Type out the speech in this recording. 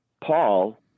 Paul